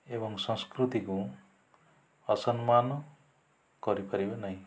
ଏବଂ ସଂସ୍କୃତିକୁ ଅସମ୍ମାନ କରି ପାରିବେ ନାହିଁ